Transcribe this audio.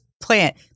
plant